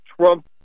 trump